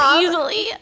easily